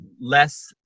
less